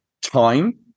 time